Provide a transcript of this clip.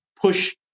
push